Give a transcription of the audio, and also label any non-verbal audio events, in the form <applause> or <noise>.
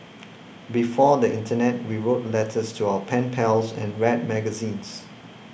<noise> before the internet we wrote letters to our pen pals and read magazines